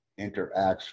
interacts